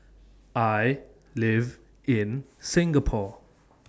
I live in Singapore